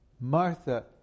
Martha